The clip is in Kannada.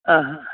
ಹಾಂ ಹಾಂ